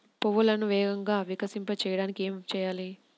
పువ్వులను వేగంగా వికసింపచేయటానికి ఏమి చేయాలి?